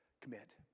commit